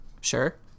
Sure